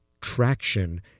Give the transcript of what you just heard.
traction